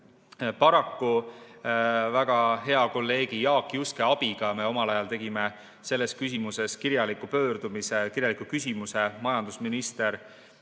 Paraku, väga hea kolleegi Jaak Juske abiga me omal ajal tegime selles küsimuses kirjaliku pöördumise, esitasime kirjaliku küsimuse majandusminister